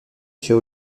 chez